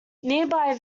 nearby